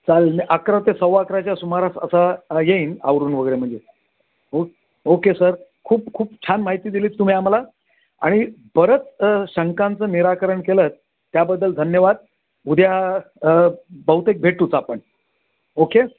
चालेल मी अकरा ते सव्वा अकराच्या सुमारास असा येईन आवरून वगैरे म्हणजे ओके सर खूप खूप छान माहिती दिलीत तुम्ही आम्हाला आणि बरंच शंकांचं निराकरण केलंंत त्याबद्दल धन्यवाद उद्या बहुतेक भेटूच आपण ओके